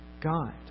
God